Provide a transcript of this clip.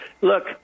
look